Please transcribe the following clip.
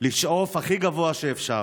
לשאוף הכי גבוה שאפשר,